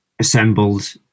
assembled